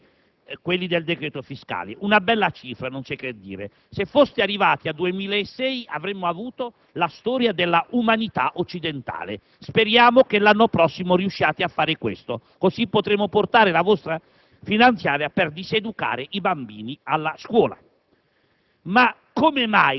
Eravamo facili profeti. Siamo giunti a 1365 commi, ai quali dobbiamo aggiungere quelli del decreto fiscale. Una bella cifra, non c'è che dire. Se foste arrivati a 2600, avremmo avuto la storia dell'umanità occidentale. *(Applausi dal Gruppo FI)*. Speriamo che l'anno prossimo riusciate a fare questo, così potremo portare